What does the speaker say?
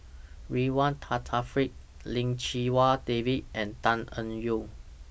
Ridzwan Dzafir Lim Chee Wai David and Tan Eng Yoon